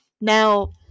Now